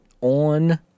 on